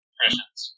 Christians